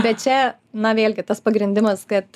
bet čia na vėlgi tas pagrindimas kad